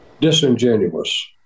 Disingenuous